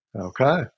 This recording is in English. Okay